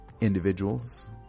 individuals